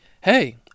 Hey